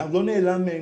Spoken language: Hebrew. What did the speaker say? לא נעלם מעינינו,